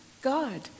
god